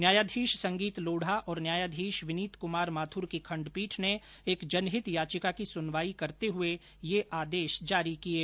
न्यायाधीश संगीत लोढ़ा और न्यायाधीश विनीत कुमार माथुर की खंडपीठ ने एक जनहित याचिका की सुनवाई करते हुए ये आदेश जारी किये